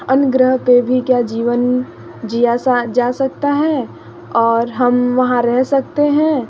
अन्य ग्रह पर भी क्या जीवन जिया सा जा सकता है और हम वहाँ रह सकते हैं